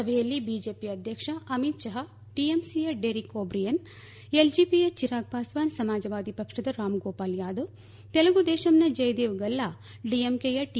ಸಭೆಯಲ್ಲಿ ಬಿಜೆಪಿ ಅಧ್ಯಕ್ಷ ಅಮಿತ್ ಶಾ ಟಿಎಂಸಿಯ ಡೆರಿಕ್ ಒಬ್ರಿಯನ್ ಎಲ್ಜೆಪಿಯ ಚಿರಾಗ್ ಪಾಸ್ವಾನ್ ಸಮಾಜವಾದಿ ಪಕ್ಷದ ರಾಮ್ಗೋಪಾಲ್ ಯಾದವ್ ತೆಲುಗು ದೇಶಂನ ಜಯದೇವ್ ಗಲ್ವಾ ಡಿಎಂಕೆಯ ಟಿ